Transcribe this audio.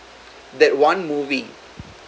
that one movie